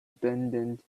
abandoned